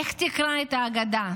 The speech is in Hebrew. איך תקרא את ההגדה?